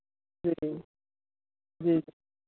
जी जी